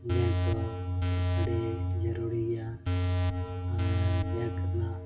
ᱫᱚ ᱟᱹᱰᱤ ᱡᱟᱹᱨᱩᱨᱤ ᱜᱮᱭᱟ ᱟᱨ ᱨᱮᱱᱟᱜ